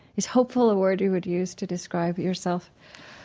is hopeful a word you would use to describe yourself?